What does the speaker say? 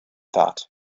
thought